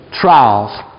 trials